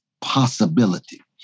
possibility